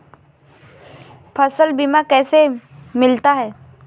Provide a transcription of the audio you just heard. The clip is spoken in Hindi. फसल बीमा कैसे मिलता है?